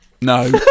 no